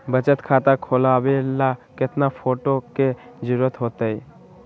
बचत खाता खोलबाबे ला केतना फोटो के जरूरत होतई?